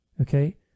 Okay